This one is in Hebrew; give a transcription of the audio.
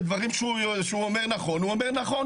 בדברים שהוא אומר נכון, הוא אומר נכון.